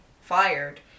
fired